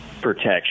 protection